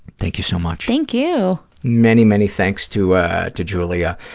thank you so much. thank you. many, many thanks to ah to giulia.